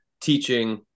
teaching